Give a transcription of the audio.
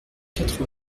quatre